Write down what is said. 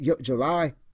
July